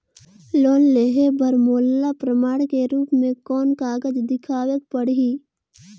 Loan लेहे बर मोला प्रमाण के रूप में कोन कागज दिखावेक पड़ही?